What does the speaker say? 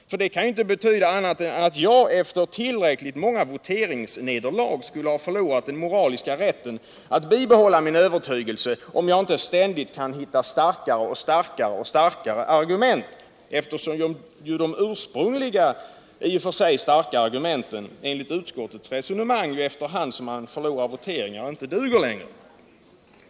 Det kan ju inte betyda annat än att jag efter tillräckligt många voteringsnederlag skulle ha förlorat den moraliska rätten att bibehålla min övertygelse, om jag inte ständigt kan hitta starkare och starkare argument, eftersom ju de ursprungliga i och för sig starka argumenten enligt utskottets resonemang efter hand som man förlorar voteringar inte duger längre.